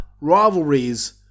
rivalries